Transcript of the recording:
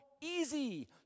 easy